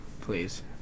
please